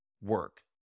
work